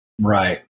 right